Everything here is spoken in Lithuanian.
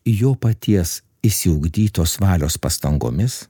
jo paties išsiugdytos valios pastangomis